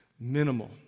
minimal